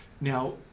Now